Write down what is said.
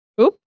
Oop